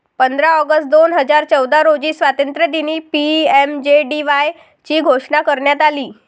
पंधरा ऑगस्ट दोन हजार चौदा रोजी स्वातंत्र्यदिनी पी.एम.जे.डी.वाय ची घोषणा करण्यात आली